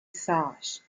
sage